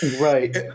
Right